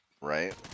Right